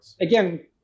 again